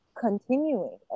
continuing